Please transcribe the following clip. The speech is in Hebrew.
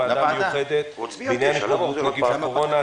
לוועדה המיוחדת בעניין התמודדות עם נגיף הקורונה,